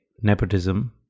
nepotism